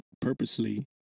purposely